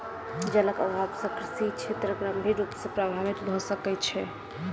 जलक अभाव से कृषि क्षेत्र गंभीर रूप सॅ प्रभावित भ सकै छै